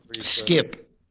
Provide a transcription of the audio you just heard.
Skip